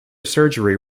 surgery